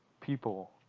people